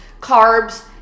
carbs